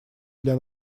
для